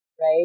right